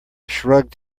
shrugged